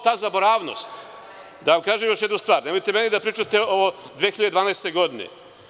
Ta zaboravnost, da vam kažem još jednu stvar – nemojte meni da pričate o 2012. godini.